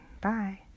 Bye